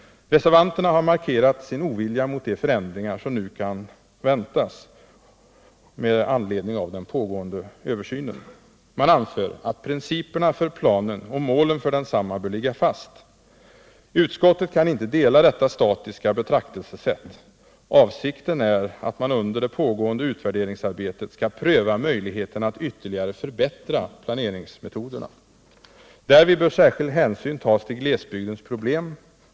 Reservanterna har markerat sin ovilja mot de förändringar som nu kan väntas med anledning av den pågående översynen. Man anför att principerna för planen och målen för densamma bör ligga fast. Utskottet kan inte dela detta statiska betraktelsesätt. Avsikten är att man under det pågående utvärderingsarbetet skall pröva möjligheten att ytterligare förbättra planeringsmetoderna. Därvid bör särskild hänsyn tas till glesbygdens problem.